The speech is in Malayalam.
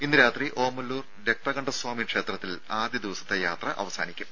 ഇന്ന് രാത്രി ഓമല്ലൂർ രക്തകണ്ഠസ്വാമി ക്ഷേത്രത്തിൽ ആദ്യ ദിവസത്തെ യാത്ര അവസാനിക്കും